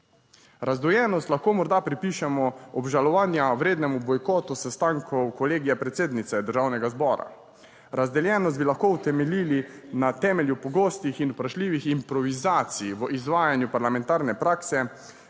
Razdvojenost lahko morda pripišemo obžalovanja vrednemu bojkotu sestankov kolegija predsednice Državnega zbora. Razdeljenost bi lahko utemeljili na temelju pogostih in vprašljivih improvizacij v izvajanju parlamentarne prakse,